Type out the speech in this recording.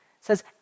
says